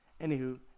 Anywho